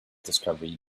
discovery